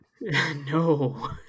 No